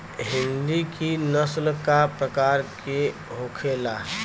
हिंदी की नस्ल का प्रकार के होखे ला?